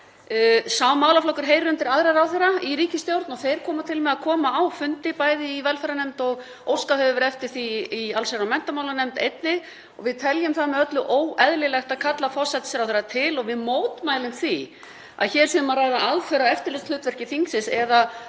Sá málaflokkur heyrir undir aðra ráðherra í ríkisstjórn. Þeir koma til með að koma á fundi í velferðarnefnd og óskað hefur verið eftir því í allsherjar- og menntamálanefnd einnig. Við teljum það með öllu óeðlilegt að kalla forsætisráðherra til og við mótmælum því að hér sé um að ræða aðför að eftirlitshlutverki þingsins eða